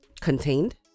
contained